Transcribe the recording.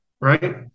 right